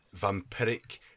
vampiric